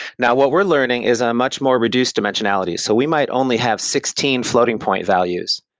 now what we're learning is a much more reduced dimensionality. so we might only have sixteen floating point values,